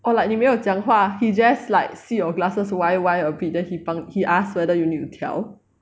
orh like 你没有讲话 he just like see your glasses 歪歪 a bit then he 帮 he ask whether you need to 调